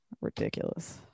Ridiculous